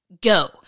go